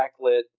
backlit